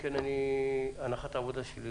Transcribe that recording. שאלה.